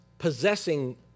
possessing